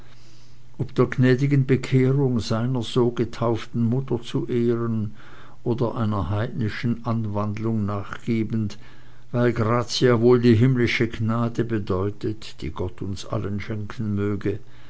ob der gnädigen bekehrung seiner eigenen so getauften mutter zu ehren oder einer heidnischen anwandlung nachgebend weil grazia wohl die himmlische gnade bedeutet die gott uns allen schenken möge